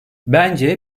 bence